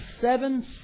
seven